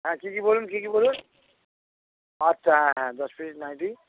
হ্যাঁ কী কী বলুন কী কী বলুন আচ্ছা হ্যাঁ হ্যাঁ দশ পিস নাইটি